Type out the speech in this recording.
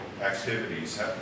activities